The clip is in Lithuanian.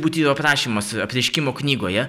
būtybių aprašymas apreiškimo knygoje